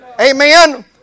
Amen